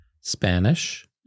Spanish